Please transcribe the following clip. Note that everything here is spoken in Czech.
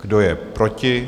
Kdo je proti?